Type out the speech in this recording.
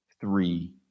three